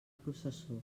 processó